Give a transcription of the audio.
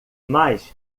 mas